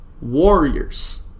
warriors